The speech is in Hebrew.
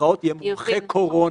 יהיה "מומחה קורונה".